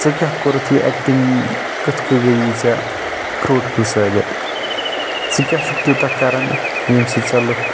ژےٚ کیٛاہ کوٚرُتھ یہِ اٮ۪کٹنٛگ کٕتھ کٔنۍ گٔیٖی ژےٚ پھروٗٹفُل ثٲبتھ ژٕ کیٛاہ چھُکھ تیوٗتاہ کران ییٚمہِ سۭتۍ ژےٚ لُکھ